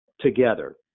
together